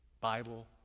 Bible